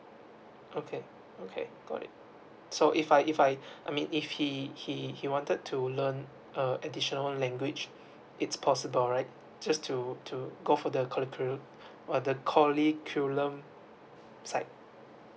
okay okay got it so if I if I I mean if he he wanted to learn err additional language it's possible right just to to go for the curricular~ curriculum side